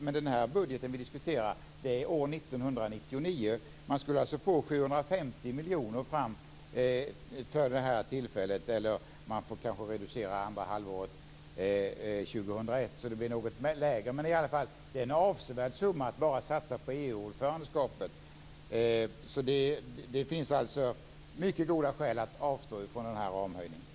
Men den budget som vi nu diskuterar gäller år 1999. Man skulle alltså få 750 miljoner kronor för första halvåret. Man får kanske reducera summan för andra halvåret 2001 så att den blir något lägre, men det är i alla fall en avsevärd summa att bara satsa på EU-ordförandeskapet. Det finns alltså mycket goda skäl att avstå från denna ramhöjning.